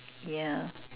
yeah